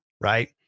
right